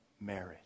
Marriage